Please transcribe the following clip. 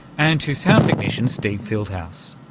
and to sound technician steve fieldhouse.